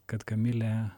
kad kamilė